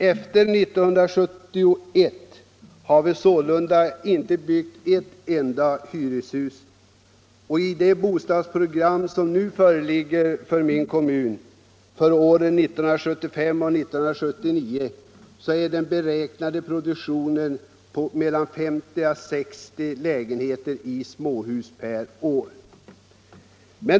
Efter 1971 har vi inte byggt ett enda hyreshus, och i det bostadsprogram som nu föreligger för min kommun för åren 1975-1979 är den beräknade produktionen 50 å 60 lägenheter i småhus per år.